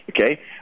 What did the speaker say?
Okay